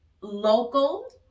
local